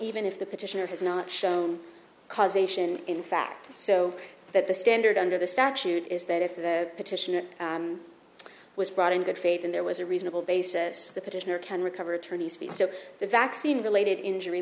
even if the petitioner has not shown causation in fact so that the standard under the statute is that if the petitioner was brought in good faith and there was a reasonable basis the petitioner can recover attorney's fees so the vaccine related injury